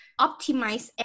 optimize